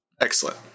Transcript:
Excellent